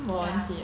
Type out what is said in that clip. ya